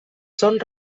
són